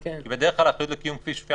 כי בדרך כלל האחריות לקיום כפי שכתובה